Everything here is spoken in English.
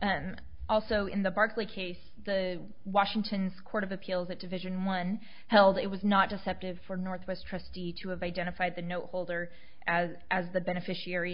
and also in the barkly case the washington's court of appeals that division one held it was not deceptive for northwest trustee to have identified the no holder as as the beneficiary